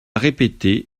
répété